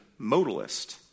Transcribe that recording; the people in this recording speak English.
modalist